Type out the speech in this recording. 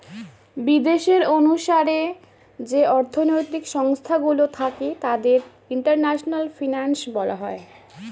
বিদেশের অনুসারে যে অর্থনৈতিক সংস্থা গুলো থাকে তাদের ইন্টারন্যাশনাল ফিনান্স বলা হয়